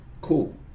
Cool